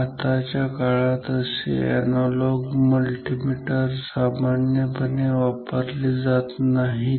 आताच्या काळात असे अॅनालॉग मल्टीमीटर सामान्यपणे वापरले जात नाहीत